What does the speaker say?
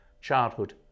Childhood